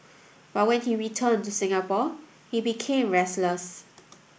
but when he returned to Singapore he became restless